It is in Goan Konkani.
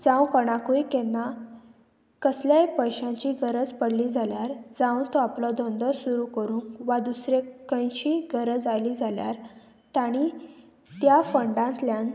जावं कोणाकूय केन्ना कसल्याय पयशांची गरज पडली जाल्यार जावं तो आपलो धंदो सुरू करूंक वा दुसरे खंयची गरज आयली जाल्यार तांणी त्या फंडांतल्यान